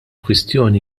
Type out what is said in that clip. kwestjoni